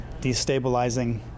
destabilizing